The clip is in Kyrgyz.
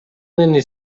мени